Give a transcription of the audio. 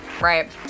right